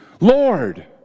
Lord